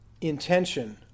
intention